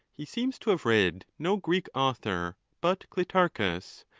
he seems to have read no greek author but clitarchus,